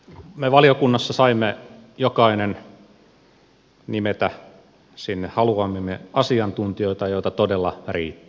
me valiokunnassa saimme jokainen nimetä sinne haluamiamme asiantuntijoita joita todella riitti